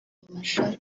marchal